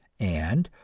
and,